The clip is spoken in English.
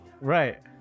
right